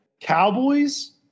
cowboys